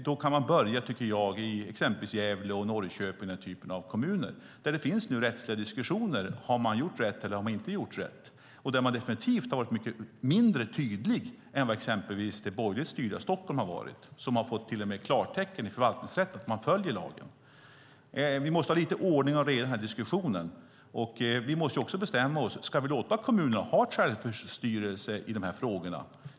Då kan man börja i exempelvis Gävle och Norrköping och den typen av kommuner där det pågår rättsliga diskussioner om huruvida man har gjort rätt eller inte. Där har man definitivt varit mycket mindre tydlig än vad exempelvis det borgerligt styrda Stockholm har varit som till och med har fått klartecken i Förvaltningsrätten att man följer lagen. Vi måste ha lite ordning och reda i denna diskussion, och vi måste också bestämma oss för om vi ska låta kommunerna ha självstyrelse i dessa frågor.